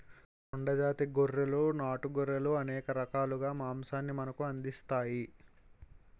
కొండ జాతి గొర్రెలు నాటు గొర్రెలు అనేక రకాలుగా మాంసాన్ని మనకు అందిస్తాయి